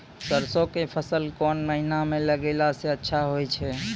सरसों के फसल कोन महिना म लगैला सऽ अच्छा होय छै?